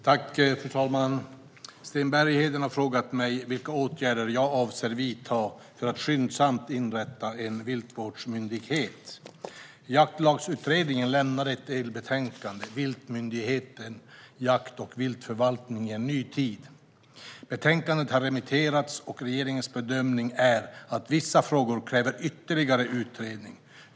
Fru talman! Sten Bergheden har frågat mig vilka åtgärder jag avser att vidta för att skyndsamt inrätta en viltvårdsmyndighet. Jaktlagsutredningen lämnade ett delbetänkande, Viltmyndigheten - jakt och viltförvaltning i en ny tid . Betänkandet har remitterats, och regeringens bedömning är att vissa frågor kräver ytterligare utredning.